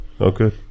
Okay